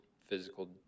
physical